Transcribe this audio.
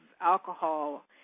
alcohol